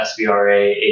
SVRA